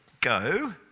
go